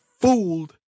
fooled